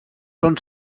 són